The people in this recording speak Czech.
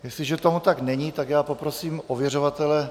Jestliže tomu tak není, tak já poprosím ověřovatele.